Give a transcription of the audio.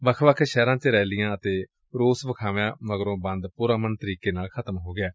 ਵੱਖ ਵੱਖ ਸ਼ਹਿਰਾਂ 'ਚ ਰੈਲੀਆਂ ਅਤੇ ਰੋਸ ਵਿਖਾਵਿਆਂ ਮਗਰੋ' ਬੰਦ ਪੁਰਅਮਨ ਤਰੀਕੇ ਨਾਲ ਖ਼ਤਮ ਹੋ ਗਿਐ